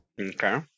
Okay